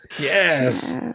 Yes